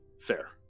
Fair